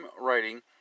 writing